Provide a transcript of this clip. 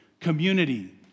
Community